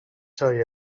تای